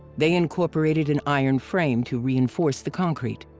they incorporated an iron frame to reinforce the concrete.